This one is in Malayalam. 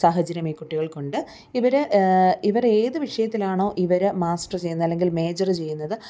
സാഹചര്യം ഈ കുട്ടികൾക്കുണ്ട് ഇവർ ഇവർ ഏത് വിഷയത്തിലാണോ ഇവർ മാസ്റ്റർ ചെയ്യുന്നത് അല്ലെങ്കിൽ മേജറ് ചെയ്യുന്നത്